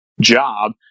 job